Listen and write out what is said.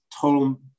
total